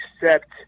accept